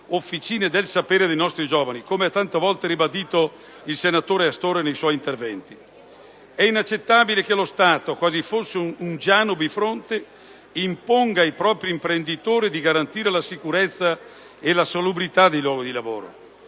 officine del sapere dei nostri giovani, come ha tante volte ribadito il senatore Astore nei suoi interventi. È inaccettabile che lo Stato, quasi fosse un Giano bifronte, imponga ai propri imprenditori di garantire la sicurezza e la salubrità dei luoghi di lavoro